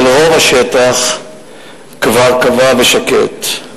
אבל רוב השטח כבר כבה ושקט.